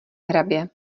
hrabě